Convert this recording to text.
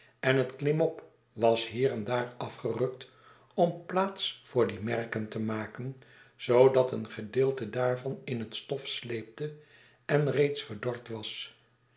en het klimop was hier en daar afgerukt om plaats voor die merken te maken zoodat een gedeelte daarvan in het stof sleepte en reeds verdord was